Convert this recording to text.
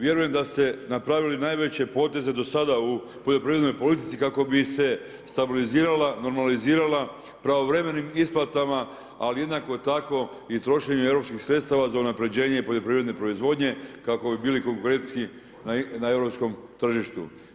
Vjerujem da ste napravili najveće poteze do sada u poljoprivrednoj politici, kako bi se stabilizirala, normalizirala pravovremenim isplatama, ali jednako tako, i trošenje europskih sredstava za unapređenje poljoprivredne proizvodnje, kako bi bili konkurentskiji na europskom tržištu.